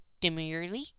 demurely